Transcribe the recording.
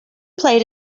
played